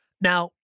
Now